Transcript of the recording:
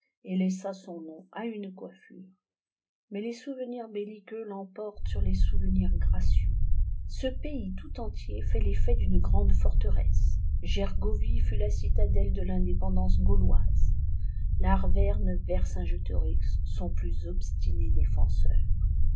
et laissa son nom à une coiffure mais les souvenirs belliqueux l'emportent sur les souvenirs gracieux ce paj's tout entier fait l'effet d'une grande forteresse gergovie fut la citadelle de l'indépendance gauloise l'arvcrne vcrcingétorix son plus obstiné défenseur